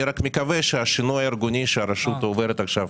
אני רק מקווה שהשינוי הארגוני שהרשות עוברת עכשיו